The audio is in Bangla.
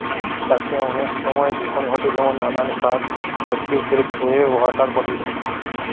চাষে অনেক সময় দূষণ ঘটে যেমন নানান সার, ফার্টিলিসের ধুয়ে ওয়াটার পলিউশন